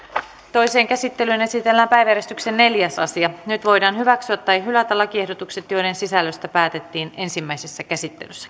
toiseen käsittelyyn esitellään päiväjärjestyksen neljäs asia nyt voidaan hyväksyä tai hylätä lakiehdotukset joiden sisällöstä päätettiin ensimmäisessä käsittelyssä